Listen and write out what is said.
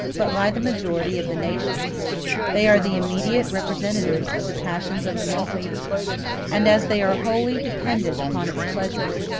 but by the majority of the nation they are the immediate representatives of the passions of the multitude and as they are wholly dependent upon its pleasure,